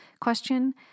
question